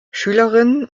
schülerinnen